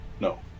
No